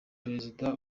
perezida